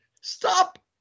stop